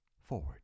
forward